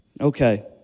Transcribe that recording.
Okay